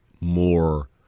more